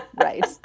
Right